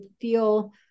feel